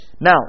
now